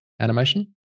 animation